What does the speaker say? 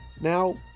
Now